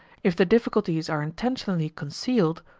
if the difficulties are intentionally concealed,